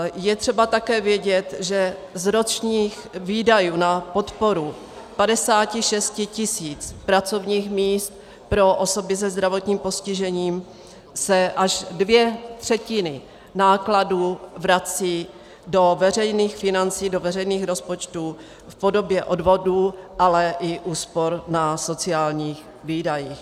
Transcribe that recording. Je třeba také vědět, že z ročních výdajů na podporu 56 tisíc pracovních míst pro osoby se zdravotním postižením se až dvě třetiny nákladů vrací do veřejných financí, do veřejných rozpočtů, v podobě odvodů, ale i úspor na sociálních výdajích.